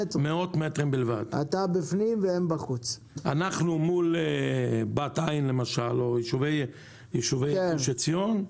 אנחנו מול בת עין, למשל, או יישובי גוש עציון,